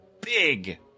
big